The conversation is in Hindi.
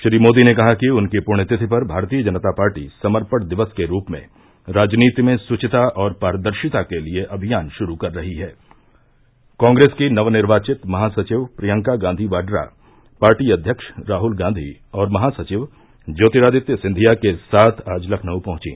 श्री मोदी ने कहा कि उनकी पृण्यतिथि पर भारतीय जनता पार्टी समर्पण दिवस के रूप में राजनीति में शुविता और पारदर्शिता के लिए अभियान शुरू कर रही है कांग्रेस की नवनिर्वाचित महासचिव प्रियंका गांधी वाड्रा पार्टी अध्यक्ष राहुल गांधी और महासचिव ज्योतिरादित्य सिंधिया के साथ आज लखनऊ पहुंची